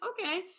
okay